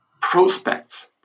prospects